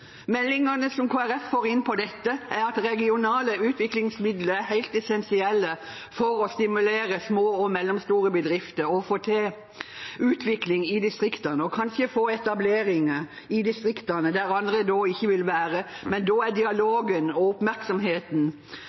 Meldingene som Kristelig Folkeparti får inn om dette, går ut på at regionale utviklingsmidler er helt essensielle for å stimulere små og mellomstore bedrifter, få til utvikling i distriktene og kanskje få etableringer i distriktene der andre ikke vil være. Men da er dialogen og oppmerksomheten